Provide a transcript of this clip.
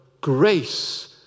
grace